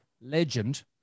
legend